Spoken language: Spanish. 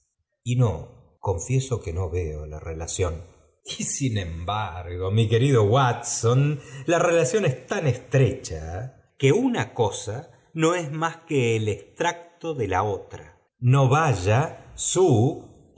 confieso que no veo la relación i y sin embargo mi querido watson la relación ea tan estrecha que una cosa no es más que el extracto de la otra no vaya su